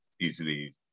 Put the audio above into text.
easily